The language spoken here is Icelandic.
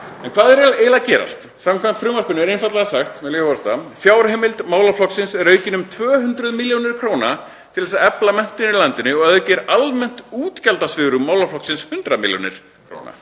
En hvað er eiginlega að gerast? Samkvæmt frumvarpinu er einfaldlega sagt, með leyfi forseta: „Fjárheimild málaflokksins er aukin um 200 m.kr. til þess að efla menntun í landinu og að auki er almennt útgjaldasvigrúm málaflokksins 100 millj. kr.“